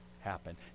happen